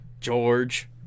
George